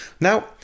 Now